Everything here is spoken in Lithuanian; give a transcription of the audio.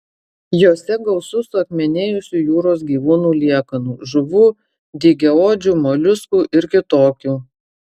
jose gausu suakmenėjusių jūros gyvūnų liekanų žuvų dygiaodžių moliuskų ir kitokių